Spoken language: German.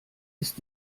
ist